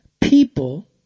people